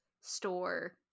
store